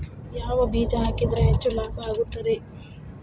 ಯಾವ ಬೇಜ ಹಾಕಿದ್ರ ಹೆಚ್ಚ ಲಾಭ ಆಗುತ್ತದೆ?